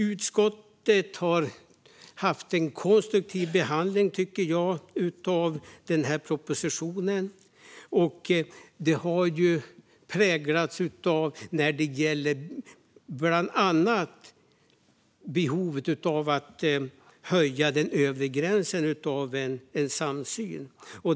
Utskottet har haft en konstruktiv behandling av propositionen som när det gäller bland annat behovet av att höja den övre gränsen präglats av samsyn.